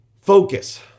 Focus